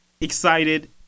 excited